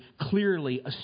clearly